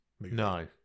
No